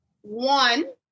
one